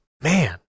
Man